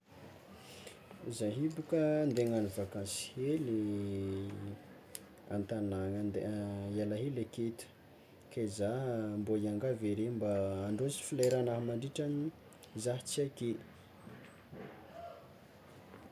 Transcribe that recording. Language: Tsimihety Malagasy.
Zah io toa ka ande hagnagno vakansy hely an-tagnana nde hiala hely aketo, ke zah mbô hiangavy are mba handrozy fleranah mandritran'ny zah tsy aketo.